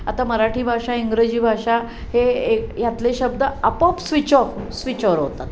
आता मराठी भाषा इंग्रजी भाषा हे आहेत यातले शब्द आपोआप स्विच ऑफ स्विच ऑर होत आहेत